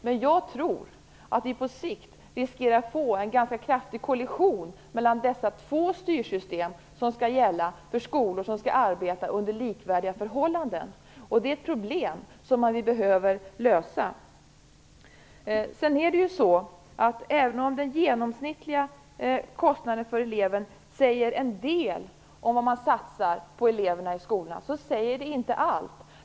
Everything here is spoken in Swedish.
Men jag tror att vi på sikt riskerar att få en ganska kraftig kollision mellan dessa två styrsystem som skall gälla för skolor som skall arbeta under likvärdiga förhållanden. Det är problem som vi behöver lösa. Även om den genomsnittliga kostnaden för eleven säger en del om vad man satsar på eleverna i skolan säger den inte allt.